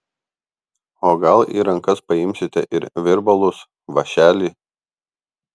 o gal į rankas paimsite ir virbalus vąšelį